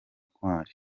ntwari